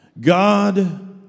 God